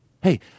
Hey